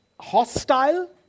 hostile